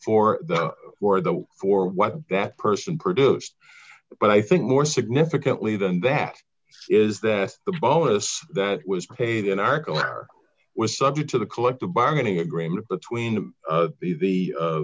for or the for what that person produced but i think more significantly than that is that the bonus that was paid in article or was subject to the collective bargaining agreement between the